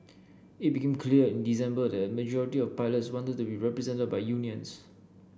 it became clear in December that a majority of pilots wanted to be represented by unions